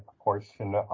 portion